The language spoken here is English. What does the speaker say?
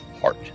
heart